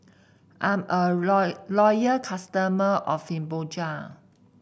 I'm a loyal customer of Fibogel